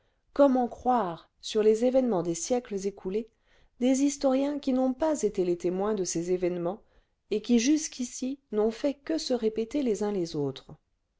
comment croire sur les événements des siècles écoulés des historiens qui n'ont pas été les témoins de ces événements et qui jusqu'ici n'ont fait que se répéter les uns les autres